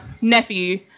nephew